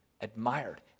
admired